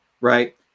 right